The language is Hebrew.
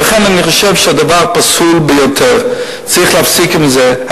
אני חושב שהדבר פסול ביותר, צריך להפסיק עם זה.